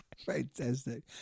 Fantastic